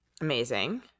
Amazing